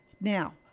Now